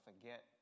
forget